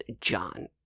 John